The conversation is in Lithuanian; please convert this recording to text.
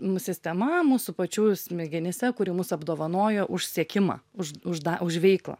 m sistema mūsų pačių smegenyse kuri mus apdovanoja už siekimą už už da už veiklą